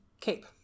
cape